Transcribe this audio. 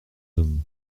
hommes